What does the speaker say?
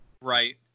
Right